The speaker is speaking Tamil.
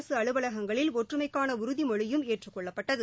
அரசு அலுவலகங்களில் ஒற்றுமைக்கான உறுதிமொழியும் ஏற்றுக் கொள்ளப்பட்டது